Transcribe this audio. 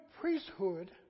priesthood